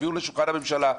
תביאו לשולחן הממשלה.